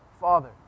Father